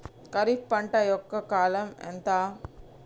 ఖరీఫ్ పంట యొక్క కాలం ఎంత?